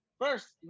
First